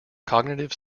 cognitive